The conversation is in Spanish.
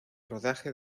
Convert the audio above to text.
rodaje